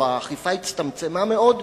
או האכיפה הצטמצמה מאוד,